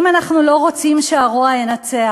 אם אנחנו לא רוצים שהרוע ינצח,